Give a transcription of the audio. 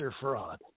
fraud